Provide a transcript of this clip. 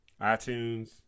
iTunes